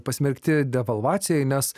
pasmerkti devalvacijai nes